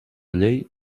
llei